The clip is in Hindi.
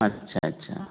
अच्छा अच्छा